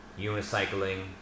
unicycling